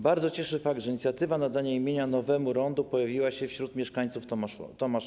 Bardzo cieszy fakt, że inicjatywa nadania imienia nowemu rondu pojawiła się wśród mieszkańców Tomaszowa.